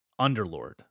Underlord